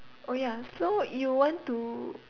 oh ya so you want to